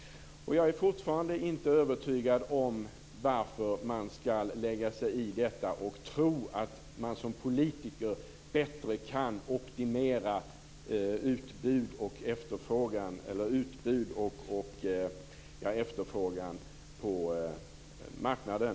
Jag är fortfarande inte övertygad när det gäller varför man skall lägga sig i detta och tro att man som politiker bättre kan optimera utbud och efterfrågan på marknaden.